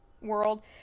world